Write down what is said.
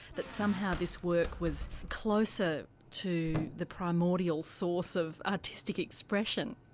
that somehow this work was closer to the primordial source of artistic expression.